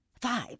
five